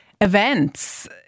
events